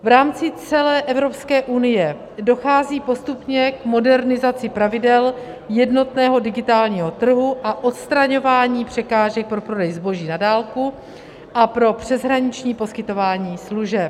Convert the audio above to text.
V rámci celé EU dochází postupně k modernizaci pravidel jednotného digitálního trhu a odstraňování překážek pro prodej zboží na dálku a pro přeshraniční poskytování služeb.